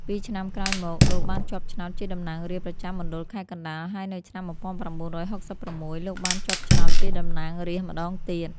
ពីរឆ្នាំក្រោយមក លោក បានជាប់ឆ្នោតជាតំណាងរាស្រ្តប្រចាំមណ្ឌលខេត្តកណ្តាល ហើយនៅឆ្នាំ ១៩៦៦ លោកបានជាប់ឆ្នោតជាតំណាងរាស្រ្តម្តងទៀត។